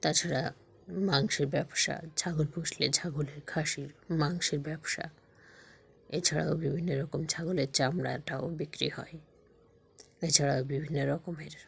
তাছাড়া মাংসের ব্যবসা ছাগল পুষলে ছাগলের খাসির মাংসের ব্যবসা এছাড়াও বিভিন্ন রকম ছাগলের চামড়াটাও বিক্রি হয় এছাড়াও বিভিন্ন রকমের